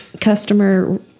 customer